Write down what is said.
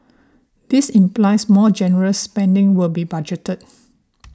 this implies more generous spending will be budgeted